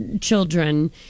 children